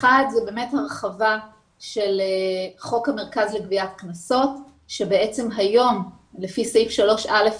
האחד הוא הרחבה של חוק המרכז לגביית קנסות שהיום לפי סעיף 3(א)